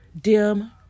dim